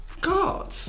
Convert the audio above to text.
God